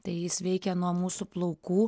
tai jis veikia nuo mūsų plaukų